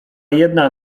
jedna